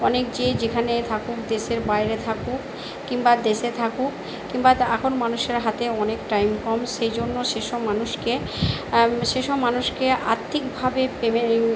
অনেক যে যেখানে থাকুক দেশের বাইরে থাকুক কিংবা দেশে থাকুক কিংবা এখন মানুষের হাতে অনেক টাইম কম সেই জন্য সেই সব মানুষকে সেই সব মানুষকে আর্থিকভাবে